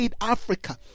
Africa